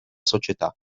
società